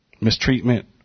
mistreatment